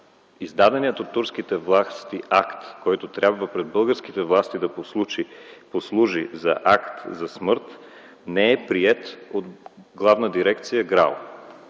издадения от турските власти акт, който трябва да послужи пред българските власти за акт за смърт, не е приет от Главна дирекция ГРАО